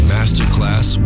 Masterclass